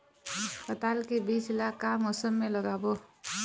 पताल के बीज ला का मौसम मे लगाबो?